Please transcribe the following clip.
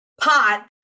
pot